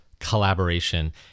collaboration